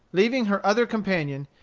leaving her other companion,